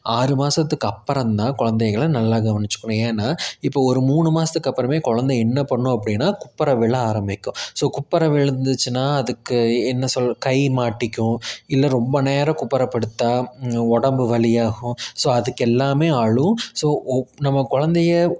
ஆறு மாதத்துக்கு அப்புறம் தான் குலந்தைகள நல்லா கவனிச்சுக்கணும் ஏன்னா இப்போ ஒரு மூணு மாதத்துக்கு அப்புறமே குலந்த என்ன பண்ணும் அப்படின்னா குப்புற விழ ஆரம்பிக்கும் ஸோ குப்புற விழுந்துச்சுன்னால் அதுக்கு என்ன சொல் கை மாட்டிக்கும் இல்லை ரொம்ப நேரம் குப்புற படுத்தால் உடம்பு வலியாகும் ஸோ அதுக்கு எல்லாமே அழுகும் ஸோ ஒ நம்ம குலந்தைய